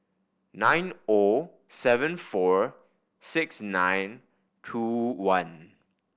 nine O seven four six nine two one